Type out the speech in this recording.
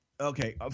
Okay